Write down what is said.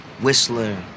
Whistler